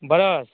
brush